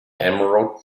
emerald